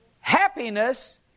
Happiness